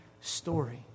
story